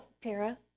Tara